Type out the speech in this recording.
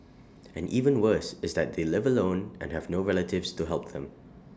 and even worse is that they live alone and have no relatives to help them